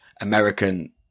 american